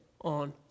on